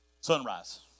sunrise